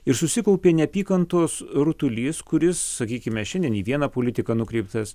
ir susikaupė neapykantos rutulys kuris sakykime šiandien į vieną politiką nukreiptas